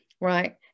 right